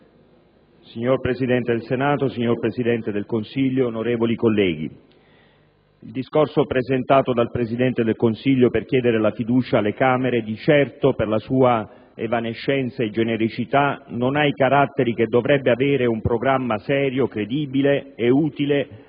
Signor Presidente del Senato, signor Presidente del Consiglio, onorevoli colleghi, il discorso presentato dal Presidente del Consiglio per chiedere la fiducia alle Camere di certo per la sua evanescenza e genericità non ha i caratteri che dovrebbe avere un programma serio, credibile e utile